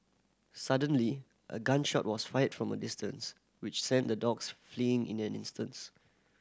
suddenly a gun shot was fired from a distance which sent the dogs fleeing in an instants